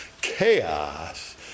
chaos